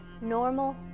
normal